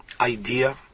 idea